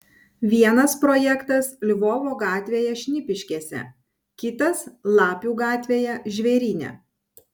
vienas projektas lvovo gatvėje šnipiškėse kitas lapių gatvėje žvėryne